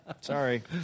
Sorry